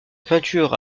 peinture